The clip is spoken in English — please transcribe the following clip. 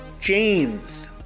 James